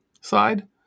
side